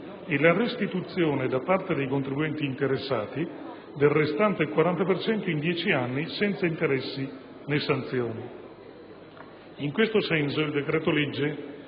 e la restituzione da parte dei contribuenti interessati del restante 40 per cento in dieci anni, senza interessi né sanzioni. In questo senso il decreto-legge